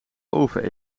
oven